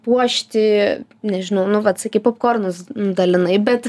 puošti nežinau nu vat sakei popkornus dalinai bet